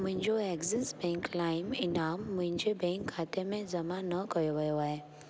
मुंहिंजो Axis bank लाइम इनाम मुंहिंजे बैंक खाते में जमा न कयो वियो आहे